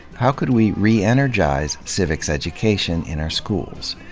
how could we re-energize civics education in our schools?